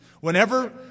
Whenever